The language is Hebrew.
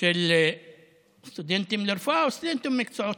של סטודנטים לרפואה או סטודנטים למקצועות